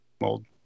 mold